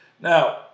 Now